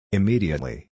Immediately